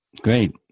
Great